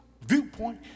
viewpoint